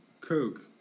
Coke